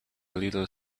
little